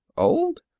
old!